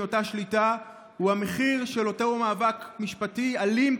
אותה שליטה הוא המחיר של אותו מאבק משפטי אלים,